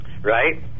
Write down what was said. right